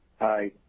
Hi